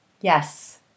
Yes